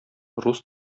рус